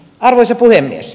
arvoisa puhemies